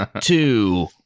two